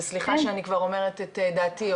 וסליחה שאני כבר אומרת את דעתי,